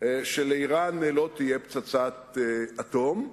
שלאירן לא תהיה פצצת אטום.